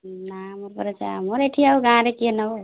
ନା ଆମର ଏତେ ଆମର ଏଠି ଆଉ ଗାଁରେ କିଏ ନେବ